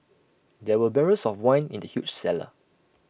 there were barrels of wine in the huge cellar